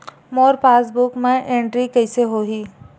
मोर passbook मा entry कइसे होही?